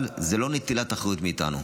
אבל זה לא נטילת האחריות מאיתנו.